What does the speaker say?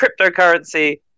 cryptocurrency